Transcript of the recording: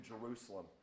Jerusalem